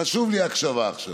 חשובה לי הקשבה עכשיו.